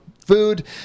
Food